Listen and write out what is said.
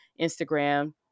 Instagram